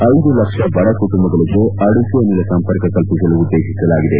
ಐದು ಲಕ್ಷ ಬಡ ಕುಟುಂಬಗಳಿಗೆ ಅಡುಗೆ ಅನಿಲ ಸಂಪರ್ಕ ಕಲ್ಪಿಸಲು ಉದ್ದೇಶಿಸಲಾಗಿದೆ